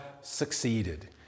succeeded